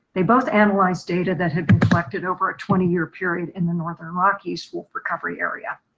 they both analyze data that had been collected over a twenty year period in the northern rockies, full recovery area.